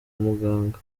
muganga